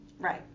right